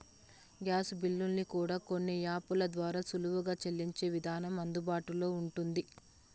gas బిల్లుల్ని కూడా కొన్ని యాపుల ద్వారా సులువుగా సెల్లించే విధానం అందుబాటులో ఉంటుంది